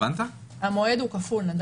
המועד הוא כפול.